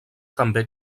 també